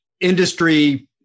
industry